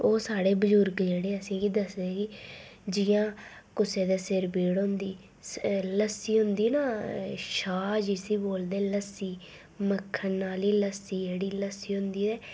ओह् साढ़ै बजुर्ग जेह्ड़े असेंगी दसदे हे जियां कुसै दे सिर पीड़ होंदी लस्सी होंदी न छाह् जिसी बोलदे लस्सी मक्खन आह्ली लस्सी जेह्ड़ी लस्सी होंदी ऐ